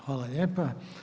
Hvala lijepa.